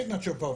Signature bonus